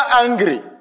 angry